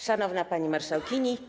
Szanowna Pani Marszałkini!